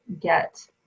get